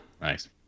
nice